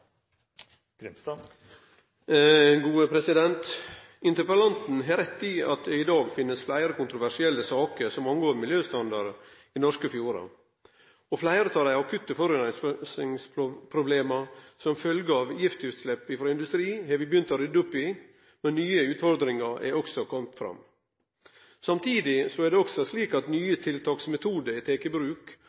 Interpellanten har rett i at det i dag finst fleire kontroversielle saker som angår miljøstandarden i norske fjordar. Fleire av dei akutte forureiningsproblema som følgje av giftutslepp frå industri har vi begynt å rydde opp i, men nye utfordringar er også komne fram. Samtidig er det også slik at nye tiltaksmetodar er tekne i bruk,